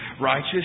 righteous